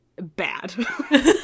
bad